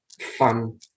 fun